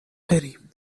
بریم